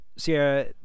Sierra